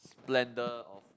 splendor of